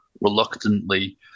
reluctantly